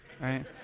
right